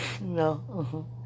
No